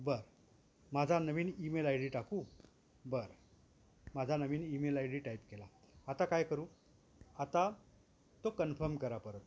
बरं माझा नवीन ईमेल आय डी टाकू बरं माझा नवीन ईमेल आय डी टाईप केला आता काय करू आता तो कन्फर्म करा परत